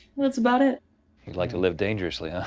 that's about it. you like to live dangerously,